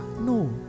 No